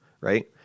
right